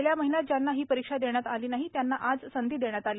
गेल्या महिन्यात ज्यांना ही परीक्षा देता आली नाही त्यांना आज संधी दिली गेली